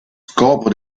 scopo